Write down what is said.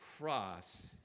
cross